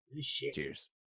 Cheers